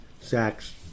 sacks